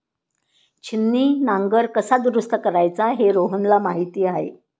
छिन्नी नांगर कसा दुरुस्त करायचा हे रोहनला माहीत आहे